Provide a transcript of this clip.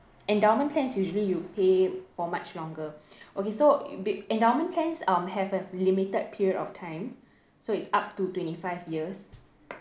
endowment plans usually you'll pay for much longer okay so endowment plans um have a limited period of time so it's up to twenty five years